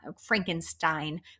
Frankenstein